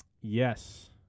Yes